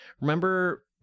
remember